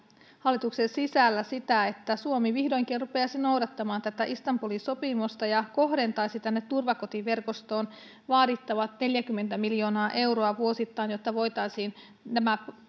hallituksen sisällä sitä että suomi vihdoinkin rupeaisi noudattamaan tätä istanbulin sopimusta ja kohdentaisi tänne turvakotiverkostoon vaadittavat neljäkymmentä miljoonaa euroa vuosittain jotta voitaisiin nämä